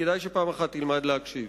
כדאי שפעם אחת תלמד להקשיב.